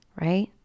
right